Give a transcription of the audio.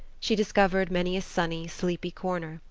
she discovered many a sunny, sleepy corner,